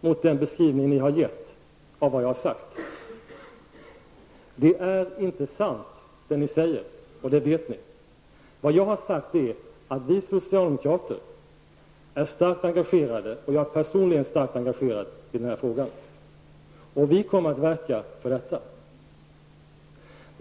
mot den beskrivning ni har gett av vad jag sagt. Det är inte sant det ni säger, och det vet ni. Vad jag har sagt är att vi socialdemokrater och jag personligen är starkt engagerade i denna fråga, och vi kommer att verka för detta.